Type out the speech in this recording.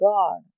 God